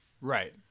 Right